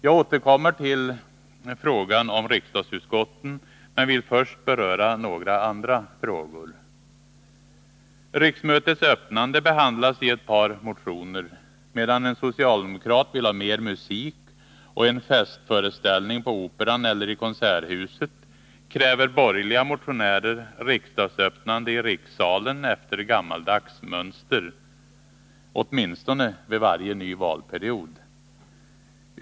Jag återkommer till frågan om riksdagsutskotten men vill först beröra några andra frågor. Riksmötets öppnande behandlas i ett par motioner. Medan en socialdemokrat vill ha mer musik och en festföreställning på Operan eller i Konserthuset, kräver borgerliga motionärer riksdagsöppnande i rikssalen efter gammaldags mönster, åtminstone vid varje ny valperiod.